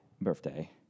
birthday